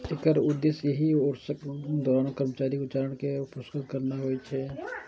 एकर उद्देश्य ओहि वर्षक दौरान कर्मचारी के आचरण कें पुरस्कृत करना होइ छै